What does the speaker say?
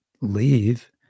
leave